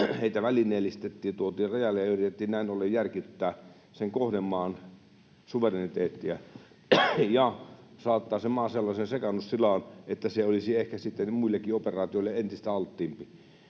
Heitä välineellistettiin, tuotiin rajalle ja yritettiin näin ollen järkyttää sen kohdemaan suvereniteettia ja saattaa se maa sellaiseen sekaannustilaan, että se olisi ehkä sitten muillekin operaatioille entistä alttiimpi.